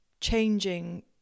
changing